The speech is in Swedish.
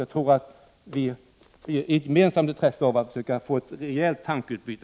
Jag tror att vi har ett gemensamt intresse av att försöka få ett rejält tankeutbyte.